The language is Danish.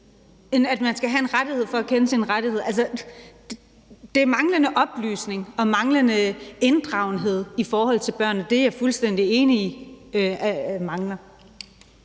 at man skal have en rettighed for kende sin rettighed. Det er manglende oplysning og manglende inddragelse i forhold til børnene; det er jeg fuldstændig enig i. Kl.